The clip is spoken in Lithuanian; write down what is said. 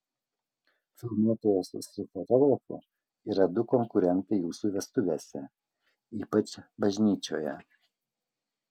filmuotojas su fotografu yra du konkurentai jūsų vestuvėse ypač bažnyčioje